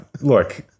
Look